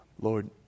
Lord